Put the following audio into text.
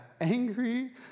angry